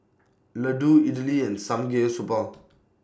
Ladoo Idili and Samgeyopsal